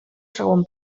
segon